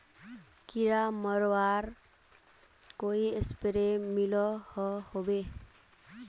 कीड़ा मरवार कोई स्प्रे मिलोहो होबे?